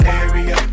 area